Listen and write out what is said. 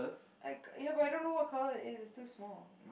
like yeah but I don't know what colour it is it's too small